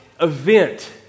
event